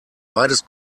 beides